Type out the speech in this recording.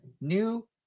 new